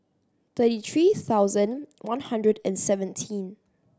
thirty three thousand one hundred and seventeen